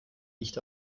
nicht